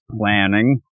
planning